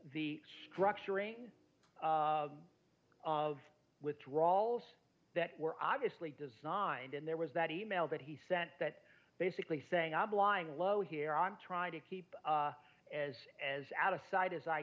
the structuring of withdrawals that were obviously designed and there was that e mail that he sent that basically saying i'm blowing low here i'm trying to keep as out of sight as i